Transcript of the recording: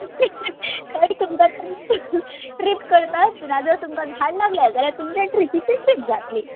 थंय तुमकां trip trip करतास्तना जर तुमकां झाड लागल्या जाल्या तुमच्या ट्रिपीची ट्रीप जात्ली